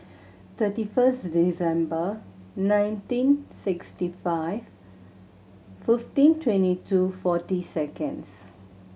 thirty first December nineteen sixty five fifteen twenty two forty seconds